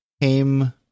came